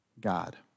God